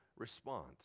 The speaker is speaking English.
response